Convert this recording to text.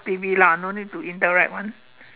T_V lah no need to interact [one]